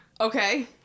Okay